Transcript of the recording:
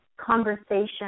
conversation